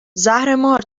زهرمار